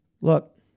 Look